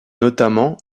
notamment